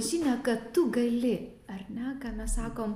žinią kad tu gali ar ne ką mes sakom